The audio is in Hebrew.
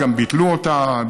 גם ביטלו אותה,